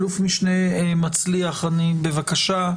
אל"מ מצליח, בבקשה.